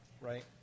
right